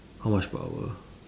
how much per hour